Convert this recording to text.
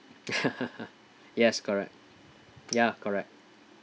yes correct ya correct